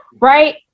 right